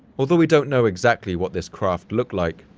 although we don't know exactly what this craft looked like,